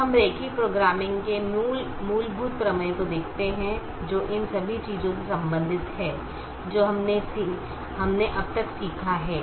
अब हम रैखिक प्रोग्रामिंग के मूलभूत प्रमेय को देखते हैं जो उन सभी चीजों से संबंधित है जो हमने अब तक सीखा है